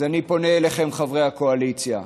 אני פונה אליכם, חברי הקואליציה: